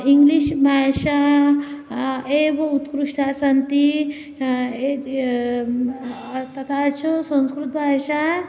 English भाषा एव उत्कृष्टा सन्ति तथा च संस्कृतभाषा